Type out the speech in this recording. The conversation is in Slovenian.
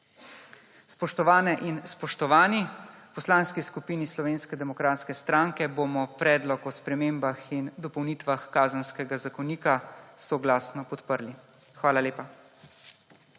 Spoštovane in spoštovani, v Poslanski skupini Slovenske demokratske stranke bomo Predlog zakona o spremembah in dopolnitvah Kazenskega zakonika soglasno podprli. Hvala lepa.